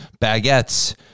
baguettes